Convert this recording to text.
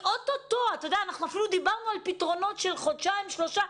אנחנו אפילו דיברנו על פתרונות של חודשיים-שלושה.